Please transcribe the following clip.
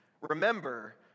Remember